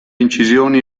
incisioni